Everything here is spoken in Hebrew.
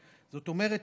זאת אומרת,